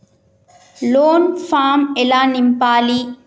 Loan form ఎలా నింపాలి?